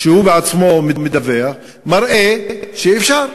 שהוא עצמו מדווח, מראה שאפשר.